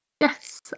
yes